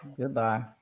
Goodbye